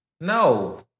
No